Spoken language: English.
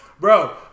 bro